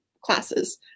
classes